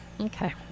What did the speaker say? Okay